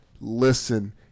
listen